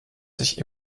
sich